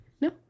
No